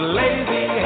lazy